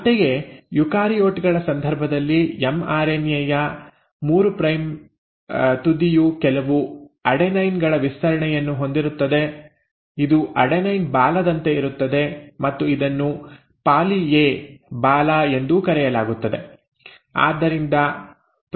ಅಂತೆಯೇ ಯುಕಾರಿಯೋಟ್ ಗಳ ಸಂದರ್ಭದಲ್ಲಿ ಎಂಆರ್ಎನ್ಎ ಯ 3 ಪ್ರೈಮ್ ತುದಿಯು ಕೆಲವು ಅಡೆನೈನ್ ಗಳ ವಿಸ್ತರಣೆಯನ್ನು ಹೊಂದಿರುತ್ತದೆ ಇದು ಅಡೆನೈನ್ ಬಾಲದಂತೆ ಇರುತ್ತದೆ ಮತ್ತು ಇದನ್ನು ಪಾಲಿ ಎ ಬಾಲ ಎಂದೂ ಕರೆಯಲಾಗುತ್ತದೆ